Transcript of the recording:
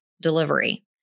delivery